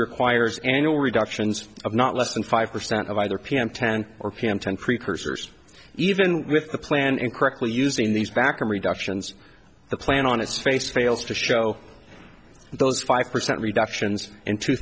requires annual reductions of not less than five percent of either pm ten or ten precursors even with the plan incorrectly using these backroom reductions the plan on its face fails to show those five percent reductions in two